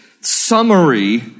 summary